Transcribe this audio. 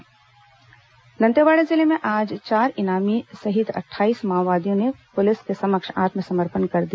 माओवादी आत्मसमर्पण दंतेवाड़ा जिले में आज चार इनामी सहित अट्ठाईस माओवादियों ने पुलिस के समक्ष आत्मसमर्पण कर दिया